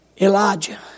Elijah